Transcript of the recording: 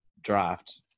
draft